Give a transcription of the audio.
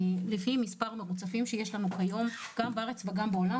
לפי מספר הריצופים שיש לנו כיום גם בארץ וגם בעולם